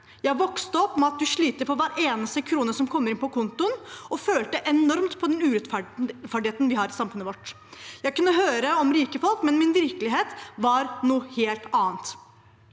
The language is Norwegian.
Jeg vokste opp med at man slet for hver krone som kom inn på kontoen, og jeg følte enormt på den urettferdigheten vi har i samfunnet vårt. Jeg kunne høre om rike folk, men min virkelighet var en helt annen.